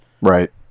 Right